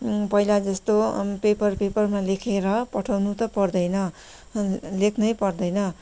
पहिला जस्तो पेपर पेपरमा लेखेर पठाउँनु त पर्दैन लेख्नै पर्दैन